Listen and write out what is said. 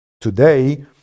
Today